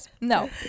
No